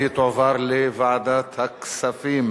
לוועדת הכספים